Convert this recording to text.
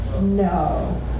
No